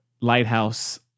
lighthouse